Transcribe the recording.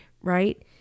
right